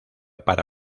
para